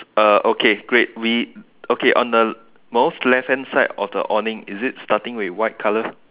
uh okay great we okay on the most left hand side of the awning is it starting with white colour